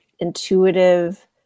Intuitive